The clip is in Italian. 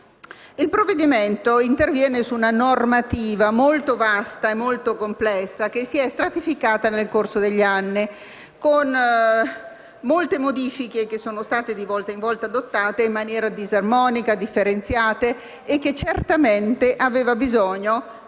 Il provvedimento in esame interviene su una normativa molto vasta e complessa che si è stratificata nel corso degli anni con molte modifiche, adottate di volta in volta in maniera disarmonica, differenziata, e certamente aveva bisogno